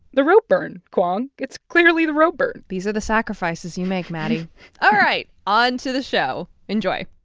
the rope burn, kwong it's clearly the rope burn these are the sacrifices you make, maddie all right, on to the show. enjoy